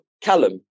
Callum